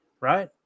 right